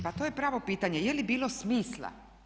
Pa to je pravo pitanje je li bilo smisla.